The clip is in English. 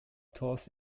tours